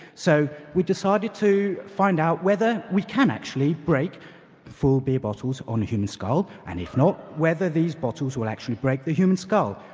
so we decided to find out whether we can actually break full beer bottles on a human skull, and if not whether these bottles will actually break the human skull.